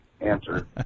answer